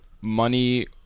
Money